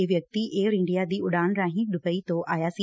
ਇਹ ਵਿਅਕਤੀ Air India ਦੀ ਉਡਾਣ ਰਾਹੀਂ ਦੁੱਬਈ ਤੋਂ ਆਇਆ ਸੀ